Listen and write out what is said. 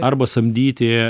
arba samdyti